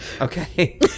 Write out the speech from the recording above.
Okay